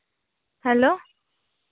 hello